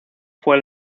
fue